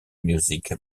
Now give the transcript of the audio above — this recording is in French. music